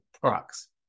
products